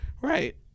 right